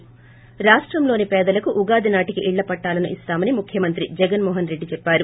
ి రాష్టంలోని పేదలకు ఉగాది నాటికి ఇళ్ల పట్టాలను ఇస్తామని ముఖ్యమంత్రి జగోన్మోహన్రెడ్డి చెప్పారు